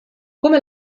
come